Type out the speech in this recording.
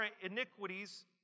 iniquities